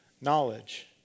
knowledge